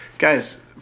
Guys